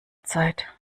zeit